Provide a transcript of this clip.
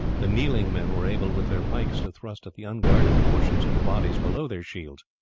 the kneeling men were able with their pikes to thrust at the unguarded portions of the bodies below their shields,